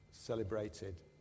celebrated